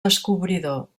descobridor